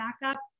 backup